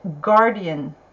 guardian